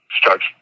starts